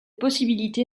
possibilité